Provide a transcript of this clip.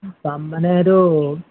পাম মানে সেইটো